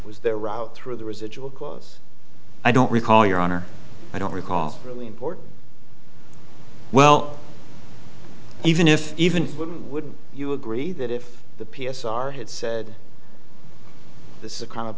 was their route through the residual cause i don't recall your honor i don't recall really important well even if even wouldn't you agree that if the p s r had said this is a kind of